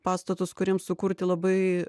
pastatus kuriems sukurti labai